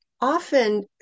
often